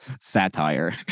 satire